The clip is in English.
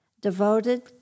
devoted